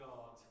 God